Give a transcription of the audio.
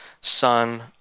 Son